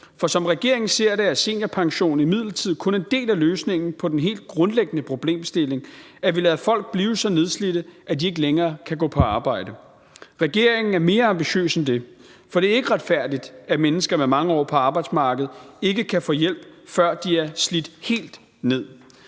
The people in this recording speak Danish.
For som regeringen ser det, er seniorpension imidlertid kun en del af løsningen på den helt grundlæggende problemstilling, at vi lader folk blive så nedslidte, at de ikke længere kan gå på arbejde. Regeringen er mere ambitiøs end det. For det er ikke retfærdigt, at mennesker med mange år på arbejdsmarkedet ikke kan få hjælp, før de er slidt helt ned.